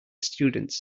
students